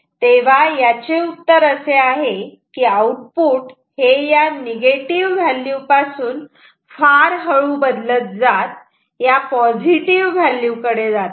तेव्हा याचे उत्तर असे आहे की आउटपुट हे या निगेटिव व्हॅल्यू पासून फार हळू बदलत जात या पॉझिटिव व्हॅल्यू कडे जाते